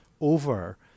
over